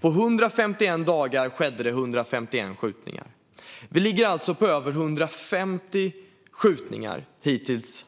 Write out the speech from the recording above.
På 151 dagar skedde det 151 skjutningar. Vi ligger alltså på över 150 skjutningar hittills.